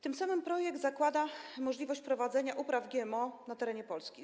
Tym samym projekt zakłada możliwość prowadzenia upraw GMO na terenie Polski.